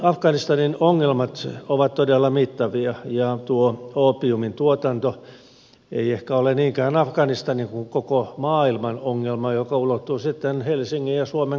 afganistanin ongelmat ovat todella mittavia ja tuo oopiumin tuotanto ei ehkä ole niinkään afganistanin kuin koko maailman ongelma joka ulottuu sitten helsingin ja suomen kaduille saakka